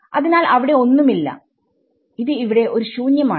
അതിനാൽ അവിടെ ഒന്നുമില്ല ഇത് ഇവിടെ ഒരു ശൂന്യം ആണ്